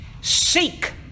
Seek